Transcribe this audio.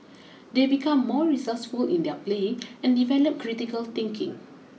they become more resourceful in their play and develop critical thinking